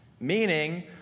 Meaning